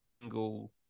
single